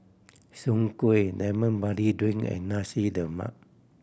Soon Kueh Lemon Barley Drink and Nasi Lemak